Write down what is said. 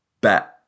bet